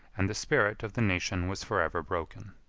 and the spirit of the nation was forever broken.